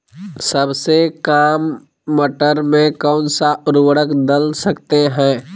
सबसे काम मटर में कौन सा ऊर्वरक दल सकते हैं?